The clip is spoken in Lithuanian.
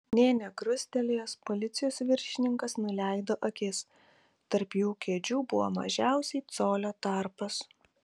nė nekrustelėjęs policijos viršininkas nuleido akis tarp jų kėdžių buvo mažiausiai colio tarpas